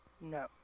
no